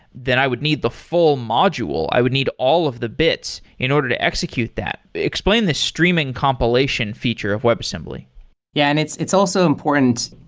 then i would need the full module. i would need all of the bits in order to execute that. explain the streaming compilation feature of webassembly yeah. and it's it's also important,